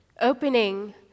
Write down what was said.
opening